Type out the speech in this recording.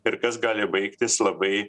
ir kas gali baigtis labai